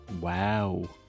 Wow